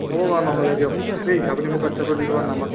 হ'ব বাৰু নহ'লে দিয়ক প্লিজ আপুনি মোক হোৱাটছ এপ দি দিব নম্বৰটো